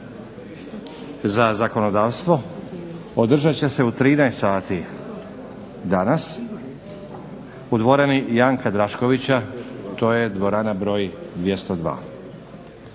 za zakonodavstvo održat će se u 13 sati danas u dvorani Janka Draškovića to je dvorana broj 202.